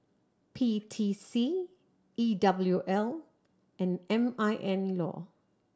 P T C E W L and M I N Law